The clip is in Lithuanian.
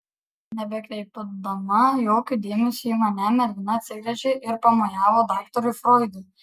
nebekreipdama jokio dėmesio į mane mergina atsigręžė ir pamojavo daktarui froidui